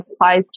applies